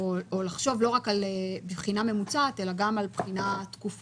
או לחשוב לא רק על בחינה ממוצעת אלא גם על בחינה תקופתית